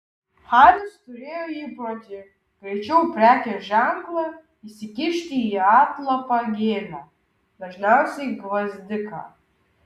haris turėjo įprotį greičiau prekės ženklą įsikišti į atlapą gėlę dažniausiai gvazdiką